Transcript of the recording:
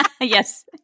Yes